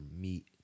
meat